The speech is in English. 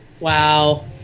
Wow